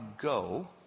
go